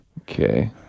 Okay